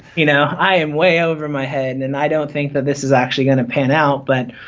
you know i am way over my head and i don't think that this is actually going to pen out but